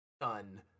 done